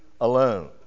alone